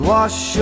Wash